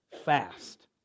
fast